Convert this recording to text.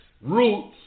roots